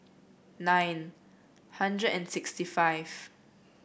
nine hundred and sixty five